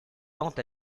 tend